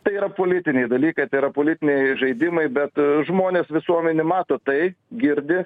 tai yra politiniai dalykai tai yra politiniai žaidimai bet žmonės visuomenė mato tai girdi